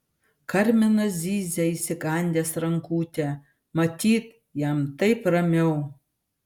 karminas zyzia įsikandęs rankutę matyt jam taip ramiau